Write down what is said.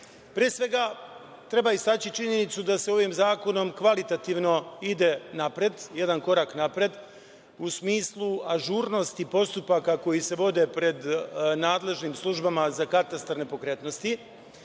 svega, treba istaći činjenicu da se ovim zakonom kvalitativno ide napred, jedan korak napred, ali u smislu ažurnosti postupaka koji se vode pred nadležnim službama za katastar nepokretnosti,